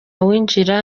winjira